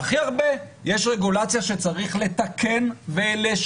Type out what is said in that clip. והכי הרבה יש רגולציה שצריך לתקן ולשפר.